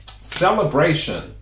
Celebration